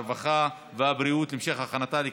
הרווחה והבריאות נתקבלה.